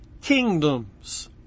Kingdoms